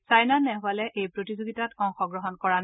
ছাইনা নেহৱালেও এই প্ৰতিযোগিতাত অংশগ্ৰহণ কৰিছে